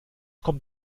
kommt